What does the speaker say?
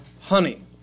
honey